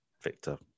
Victor